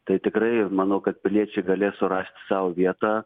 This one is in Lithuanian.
tai tikrai manau kad piliečiai galės surasti sau vietą